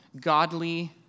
godly